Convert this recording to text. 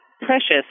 precious